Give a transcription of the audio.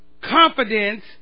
confidence